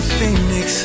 Phoenix